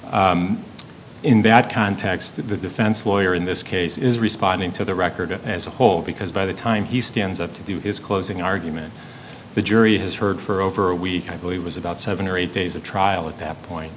whole in that context the defense lawyer in this case is responding to the record as a whole because by the time he stands up to do his closing argument the jury has heard for over a week i believe it was about seven or eight days a trial at that point